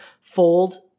fold